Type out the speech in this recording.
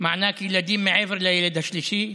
מענק לילדים מעבר לילד השלישי,